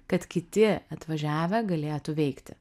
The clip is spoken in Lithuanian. kad kiti atvažiavę galėtų veikti